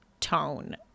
tone